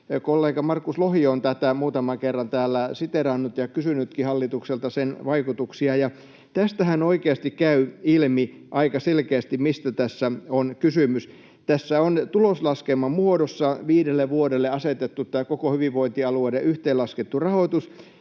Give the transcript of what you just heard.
Kollega Markus Lohi on tätä muutaman kerran täällä siteerannut ja kysynytkin hallitukselta sen vaikutuksia. Tästähän oikeasti käy ilmi aika selkeästi, mistä tässä on kysymys. Tässä on tuloslaskelman muodossa viidelle vuodelle asetettu tämä koko hyvinvointialueiden yhteenlaskettu rahoitus,